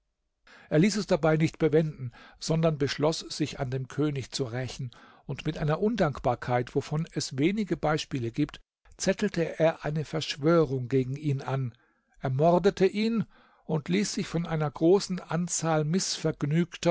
er ließ es dabei nicht bewenden sondern beschloß sich an dem könig zu rächen und mit einer undankbarkeit wovon es wenige beispiele gibt zettelte er eine verschwörung gegen ihn an ermordete ihn und ließ sich von einer großen anzahl